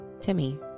Timmy